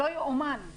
לא יאומן.